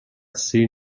سیر